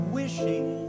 wishing